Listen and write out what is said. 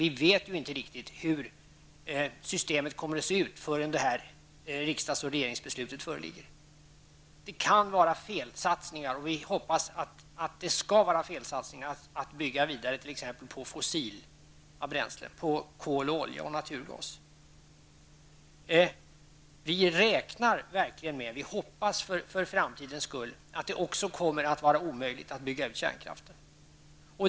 Vi vet ju inte riktigt hur systemet kommer att se ut förrän riksdags och regeringsbeslutet föreligger. Det kan vara felsatsningar -- och vi hoppas att det skall vara felsatsningar -- att bygga vidare på t.ex. fossila bränslen, på kol, olja och naturgas. Vi räknar verkligen med -- och vi hoppas för framtidens skull -- att det också kommer att vara omöjligt att bygga ut kärnkraften.